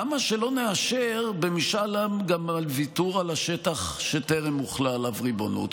למה שלא נאשר במשאל עם גם על ויתור על השטח שטרם הוחלה עליו ריבונות.